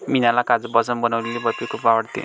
मीनाला काजूपासून बनवलेली बर्फी खूप आवडते